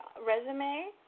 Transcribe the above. resume